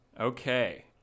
Okay